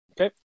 Okay